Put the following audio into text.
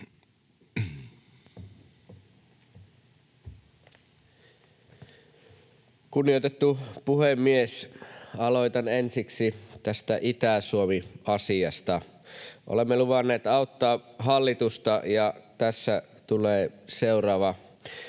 Kunnioitettu puhemies! Aloitan ensiksi tästä Itä-Suomi-asiasta. Olemme luvanneet auttaa hallitusta, ja tässä tulee seuraava